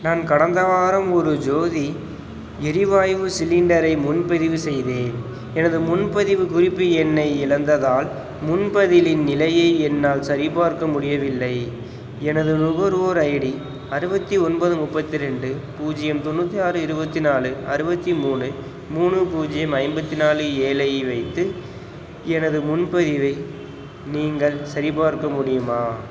நான் கடந்த வாரம் ஒரு ஜோதி எரிவாய்வு சிலிண்டரை முன்பதிவு செய்தேன் எனது முன்பதிவுக் குறிப்பு எண்ணை இழந்ததால் முன்பதிவின் நிலையை என்னால் சரிபார்க்க முடியவில்லை எனது நுகர்வோர் ஐடி அறுபத்தி ஒன்பது முப்பத்தி ரெண்டு பூஜ்ஜியம் தொண்ணூற்றி ஆறு இருபத்தி நாலு அறுபத்தி மூணு மூணு பூஜ்ஜியம் ஐம்பத்தி நாலு ஏழை வைத்து எனது முன்பதிவை நீங்கள் சரிபார்க்க முடியுமா